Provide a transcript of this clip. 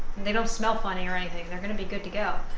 they don't smell funny or anything they're going to be good to go,